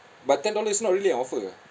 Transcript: but ten dollars is not really an offer ah